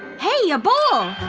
hey, a bowl!